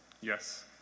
Yes